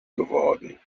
geworden